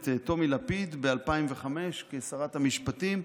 החליפה את טומי לפיד ב-2005 כשרת המשפטים,